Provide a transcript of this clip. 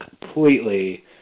completely